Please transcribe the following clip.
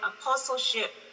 apostleship